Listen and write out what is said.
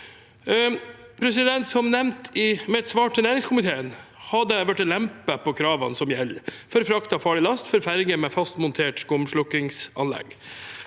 bedrifter. Som nevnt i mitt svar til næringskomiteen er det blitt lempet på kravene som gjelder for frakt av farlig last for ferger med fastmontert skumslukkingsanlegg.